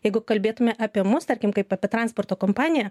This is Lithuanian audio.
jeigu kalbėtume apie mus tarkim kaip apie transporto kompaniją